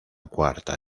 cuarta